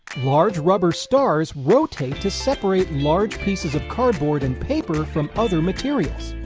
large rubber stars rotate to separate large pieces of cardboard and paper from other materials.